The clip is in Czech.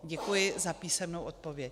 Děkuji za písemnou odpověď.